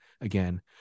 again